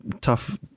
tough